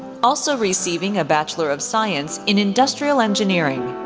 also receiving a bachelor of science in industrial engineering.